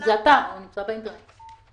זה אתר שנמצא באינטרנט.